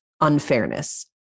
unfairness